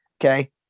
Okay